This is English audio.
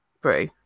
brew